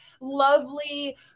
lovely